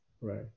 Right